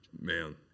Man